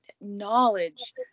knowledge